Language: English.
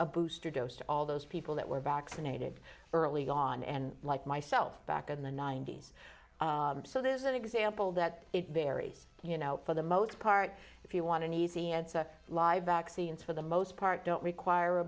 a booster dose to all those people that were vaccinated early on and like myself back in the ninety's so this is an example that is very you know for the most part if you want an easy answer live vaccines for the most part don't require a